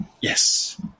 Yes